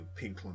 Pinklon